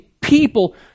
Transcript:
people